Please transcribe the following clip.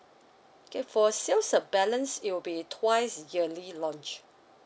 K for sales of balance it'll be twice yearly launch